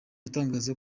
itangaza